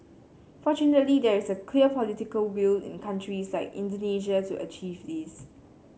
fortunately there is clear political will in countries like Indonesia to achieve this